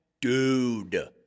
Dude